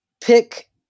pick